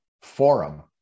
forum